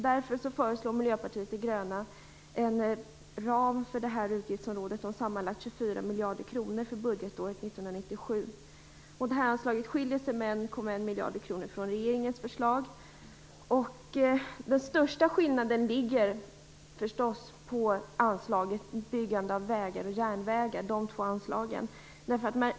Därför föreslår Miljöpartiet de gröna en ram för det här utgiftsområdet om sammanlagt 24 miljarder kronor för budgetåret 1997. Detta anslag skiljer sig med 1,1 miljarder kronor från regeringens förslag. Den största skillnaden ligger förstås i anslagen till byggande av vägar och järnvägar.